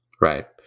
right